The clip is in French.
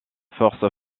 forces